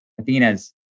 Athena's